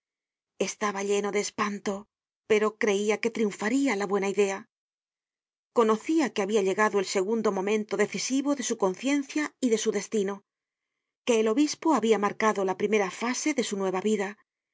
estaba lleno de espanto pero creia que triunfaria lá buena idea conocia que habia llegado al segundo momento decisivo de su con ciencia y de su destino que el obispo habia marcado la primera fase de su nueva vida y